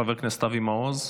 חבר כנסת אבי מעוז?